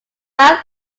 soul